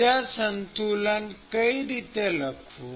ઊર્જા સંતુલન કઈ રીતે લખવું